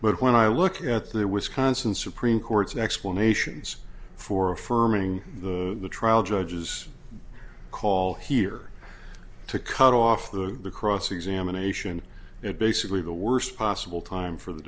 but when i look at their wisconsin supreme court's explanations for affirming the trial judge's call here to cut off the cross examination it basically the worst possible time for the